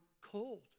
cold